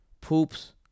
poops